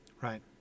right